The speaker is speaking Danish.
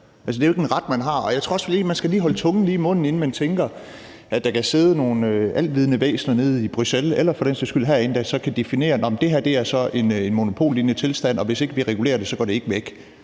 det er jo ikke en ret, man har, og jeg tror også lige, man skal holde tungen lige i munden, inden man tænker, at der kan sidde nogle alvidende væsener nede i Bruxelles eller for den sags skyld herinde, der så kan definere, at det her er en monopollignende tilstand, og at det, hvis vi ikke regulerer det, ikke går væk.